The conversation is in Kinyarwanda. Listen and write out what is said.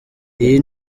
iyi